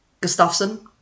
Gustafsson